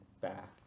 back